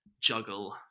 juggle